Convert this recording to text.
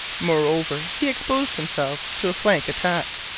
moreover, he exposed himself to a flank attack,